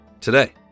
today